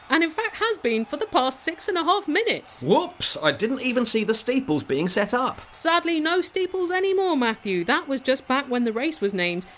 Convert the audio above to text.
and in fact has been for the past six and a half minutes whoops! i didn! t even see the steeples being set up sadly no steeples any more, matthew that was just back when the race was named,